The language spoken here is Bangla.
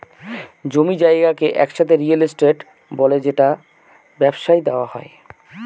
জমি জায়গাকে একসাথে রিয়েল এস্টেট বলে যেটা ব্যবসায় দেওয়া হয়